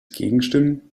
gegenstimmen